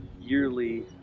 yearly